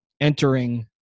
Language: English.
entering –